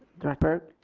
director burke.